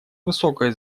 высокой